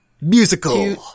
Musical